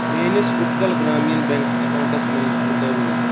میٲنِس اُتکَل گرٛامیٖن بیٚنٛک اکاونٹَس منٛز کوٗتہ روٗد